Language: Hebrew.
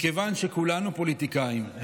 מכיוון שכולנו פוליטיקאים,